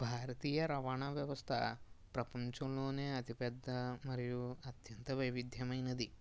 భారతీయ రవాణా వ్యవస్థ ప్రపంచంలోనే అతిపెద్ద మరియు అత్యంత వైవిధ్యమైనది